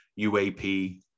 UAP